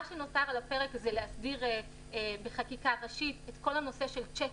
מה שנותר על הפרק זה להסדיר בחקיקה ראשית את כל הנושא של צ'קים,